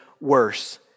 worse